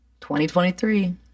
2023